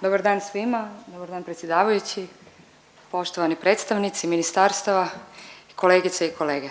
Dobar dan svima, dobar dan predsjedavajući, poštovani predstavnici ministarstava i kolegice i kolege.